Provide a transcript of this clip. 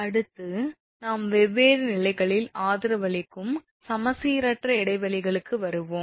அடுத்து நாம் வெவ்வேறு நிலைகளில் ஆதரவளிக்கும் சமச்சீரற்ற இடைவெளிகளுக்கு வருவோம்